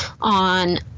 on